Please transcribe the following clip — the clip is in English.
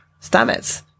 Stamets